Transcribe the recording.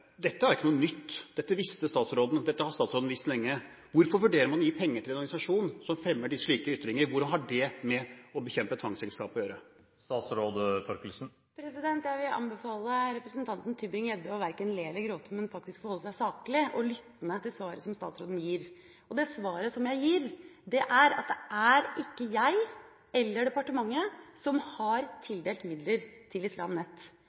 fremmer slike ytringer? Hvordan har det med å bekjempe tvangsekteskap å gjøre? Jeg vil anbefale representanten Tybring-Gjedde verken å le eller gråte, men faktisk holde seg saklig og lyttende til svaret som statsråden gir. Det svaret jeg gir, er at det ikke er jeg eller departementet som har tildelt midler til Islam